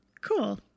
Cool